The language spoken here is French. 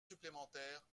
supplémentaires